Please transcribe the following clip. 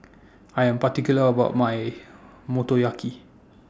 I Am particular about My Motoyaki